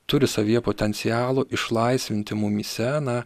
turi savyje potencialo išlaisvinti mumyse na